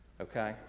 okay